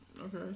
Okay